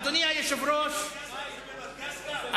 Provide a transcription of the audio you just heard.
אדוני היושב-ראש,